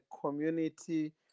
community